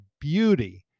beauty